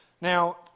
Now